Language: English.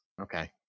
Okay